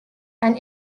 and